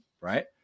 right